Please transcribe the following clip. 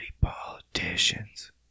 politicians